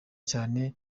cyane